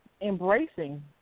embracing